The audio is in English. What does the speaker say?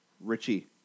Richie